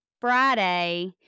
Friday